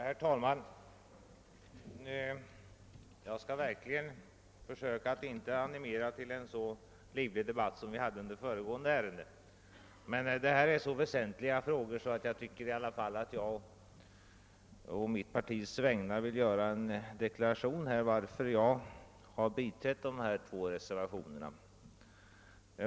Herr talman! Jag skall verkligen försöka att inte animera till en så livlig debatt som vi hade under föregående ärende. Men detta är så väsentliga frågor att jag i alla fall tycker att jag å mitt partis vägnar vill göra en deklaration om varför jag har biträtt dessa två reservationer.